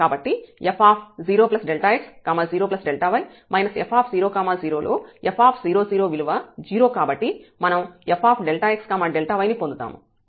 కాబట్టి f0x0y f00 లో f00 విలువ 0 కాబట్టి మనం fxy ని పొందుతాము